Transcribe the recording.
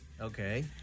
Okay